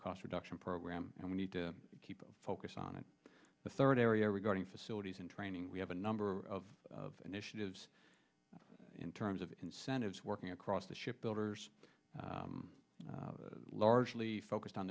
reduction program and we need to keep focus on it the third area regarding facilities and training we have a number of initiatives in terms of incentives working across the ship builders largely focused on